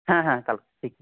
হ্যাঁ হ্যাঁ কালকে ঠিক